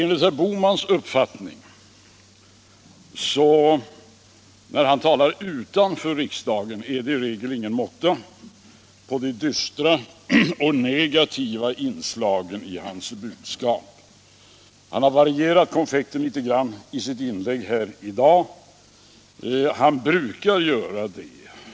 När herr Bohman talar utanför riksdagen är det i regel ingen måtta på de dystra och negativa inslagen i hans budskap. Han har varierat konfekten litet grand i sitt inlägg här i dag; han brukar göra det.